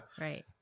right